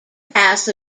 pass